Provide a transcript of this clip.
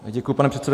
Děkuji, pane předsedo.